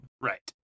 Right